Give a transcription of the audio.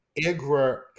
IGRA